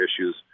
issues